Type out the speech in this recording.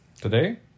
Today